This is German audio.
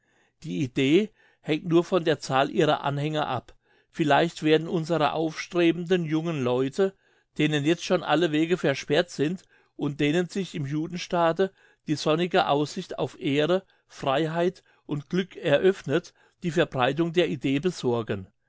die idee hängt nur von der zahl ihrer anhänger ab vielleicht werden unsere aufstrebenden jungen leute denen jetzt schon alle wege versperrt sind und denen sich im judenstaate die sonnige aussicht auf ehre freiheit und glück eröffnet die verbreitung der idee besorgen